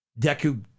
Deku